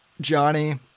Johnny